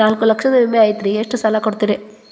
ನಾಲ್ಕು ಲಕ್ಷದ ವಿಮೆ ಐತ್ರಿ ಎಷ್ಟ ಸಾಲ ಕೊಡ್ತೇರಿ?